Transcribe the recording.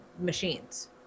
machines